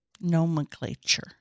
Nomenclature